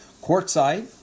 Quartzite